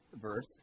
verse